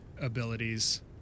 abilities